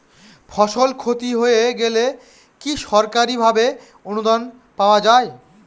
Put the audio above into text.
ফসল ক্ষতি হয়ে গেলে কি সরকারি ভাবে অনুদান পাওয়া য়ায়?